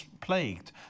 plagued